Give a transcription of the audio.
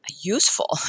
useful